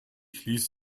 ließ